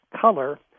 color